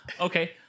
okay